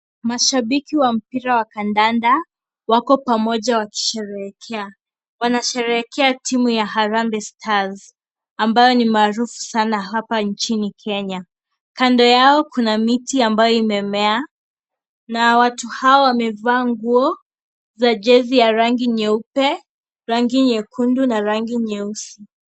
Mashabiki wa mpira wa kandanda wako pamoja wakisheherekea. Wanasheherekea timunya Harambee stars ambayo NI maarufu sana bapa nchini Kenya. Kando yao kuna miti ambayo imemea na watu hawa wamevaa nguo ya jezi ra rangi nyeupe, rangi nyekundu na rangi nyeusi.